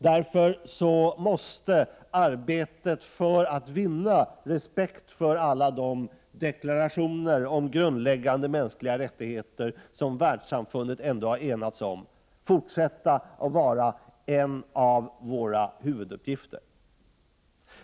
Därför måste arbetet för att vinna respekt för alla de deklarationer om grundläggande mänskliga rättigheter som världssamfundet ändå har enats om fortsätta och vara en av våra huvuduppgifter.